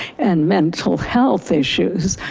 and mental health issues,